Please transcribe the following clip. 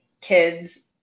kids